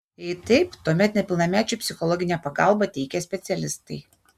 jei taip tuomet nepilnamečiui psichologinę pagalbą teikia specialistai